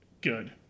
good